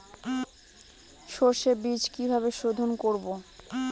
সর্ষে বিজ কিভাবে সোধোন করব?